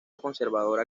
conservadora